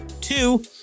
Two